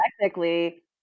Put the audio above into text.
technically